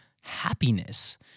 happiness